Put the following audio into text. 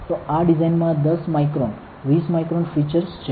તો આ ડિઝાઇનમાં 10 માઇક્રોન 20 માઇક્રોન ફીચર્સ છે